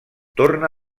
torna